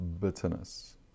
bitterness